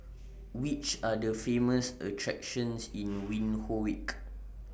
Which Are The Famous attractions in Windhoek